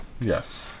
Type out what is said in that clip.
yes